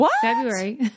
February